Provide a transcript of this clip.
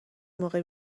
موقع